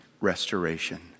restoration